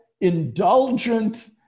indulgent